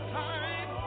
time